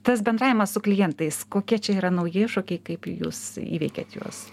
tas bendravimas su klientais kokie čia yra nauji iššūkiai kaip jūs įveikiat juos